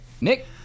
Nick